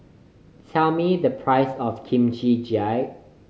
tell me the price of Kimchi Jjigae